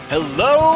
Hello